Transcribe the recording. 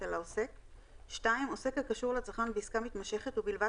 על העוסק; עוסק הקשור לצרכן בעסקה מתמשכת ובלבד